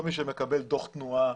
כל מי שמקבל דוח תנועה,